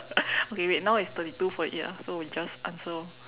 okay wait now it's thirty two forty eight ah so we just answer orh